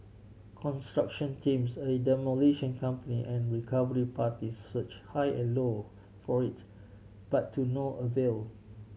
construction teams a demolition company and recovery parties search high and low for it but to no avail